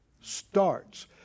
Starts